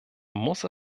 muss